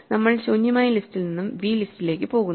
നമ്മൾ ശൂന്യമായ ലിസ്റ്റിൽ നിന്നും വി ലിസ്റ്റിലെക്ക് പോകുന്നു